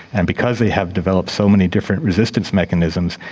and because they have developed so many different resistance mechanisms,